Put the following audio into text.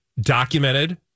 documented